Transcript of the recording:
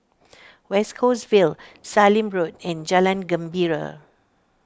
West Coast Vale Sallim Road and Jalan Gembira